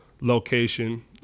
Location